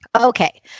Okay